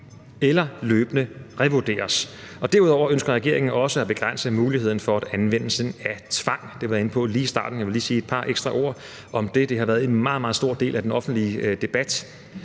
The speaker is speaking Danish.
eller løbende revurderes. Derudover ønsker regeringen også at begrænse muligheden for anvendelsen af tvang. Det var jeg inde på i starten, og jeg vil lige sige et par ekstra ord om det. Det har været en meget, meget stor del af den offentlige debat.